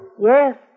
Yes